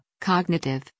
cognitive